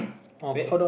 okay